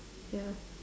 ya